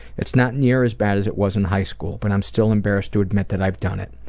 it's not near as bad as it was in high school but i'm still embarrassed to admit that i've done it.